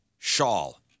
Shawl